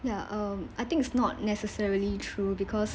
ya um I think it's not necessarily true because